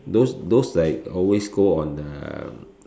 those those like always go on uh